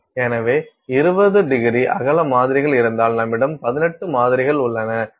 எனவே 20º அகல மாதிரிகள் இருந்தால் நம்மிடம் 18 மாதிரிகள் உள்ளன